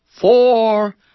four